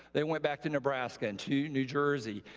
they went back to nebraska, and to new jersey,